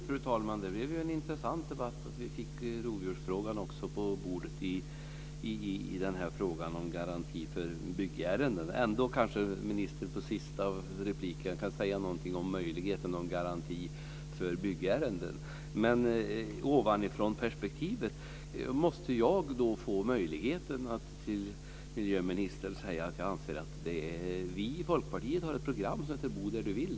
Fru talman! Det blev ju en intressant debatt när vi också fick rovdjursfrågan på bordet i frågan om garanti för byggärenden. Men ministern kanske ändå i sitt sista inlägg kan säga någonting om möjligheten av en sådan garanti. När det gäller ovanifrånperspektivet måste jag få möjligheten att säga till miljöministern att vi i Folkpartiet har ett program som heter Bo där du vill.